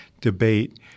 debate